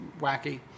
wacky